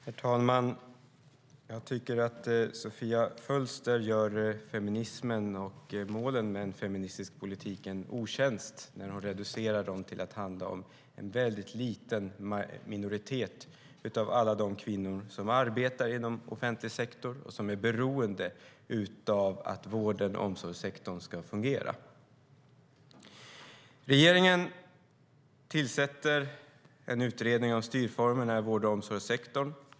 Herr talman! Jag tycker att Sofia Fölster gör feminismen och målen med en feministisk politik en otjänst när hon reducerar dem till att handla om en väldigt liten minoritet av alla de kvinnor som arbetar inom offentlig sektor och som är beroende av att vård och omsorgssektorn fungerar. Regeringen tillsätter en utredning av styrformerna i vård och omsorgssektorn.